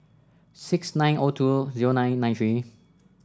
six nine O two zero nine nine three